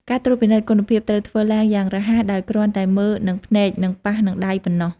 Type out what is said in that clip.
ការត្រួតពិនិត្យ គុណភាពត្រូវធ្វើឡើងយ៉ាងរហ័សដោយគ្រាន់តែមើលនឹងភ្នែក និងប៉ះនឹងដៃប៉ុណ្ណោះ។